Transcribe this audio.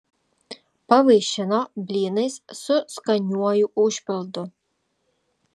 pavaišino blynais su skaniuoju užpildu